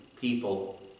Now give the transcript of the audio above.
people